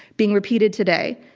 being repeated today.